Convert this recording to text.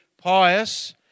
pious